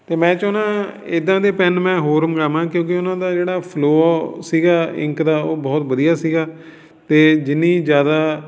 ਅਤੇ ਮੈਂ ਚਾਹੁੰਦਾ ਇੱਦਾਂ ਦੇ ਪੈੱਨ ਮੈਂ ਹੋਰ ਮੰਗਾਵਾਂ ਕਿਉਂਕਿ ਉਹਨਾਂ ਦਾ ਜਿਹੜਾ ਫਲੋ ਸੀਗਾ ਇੰਕ ਦਾ ਉਹ ਬਹੁਤ ਵਧੀਆ ਸੀਗਾ ਅਤੇ ਜਿੰਨੀ ਜ਼ਿਆਦਾ